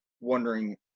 wondering